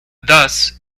thus